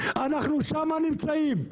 אנחנו שמה נמצאים,